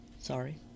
Sorry